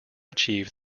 achieved